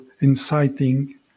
inciting